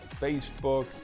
Facebook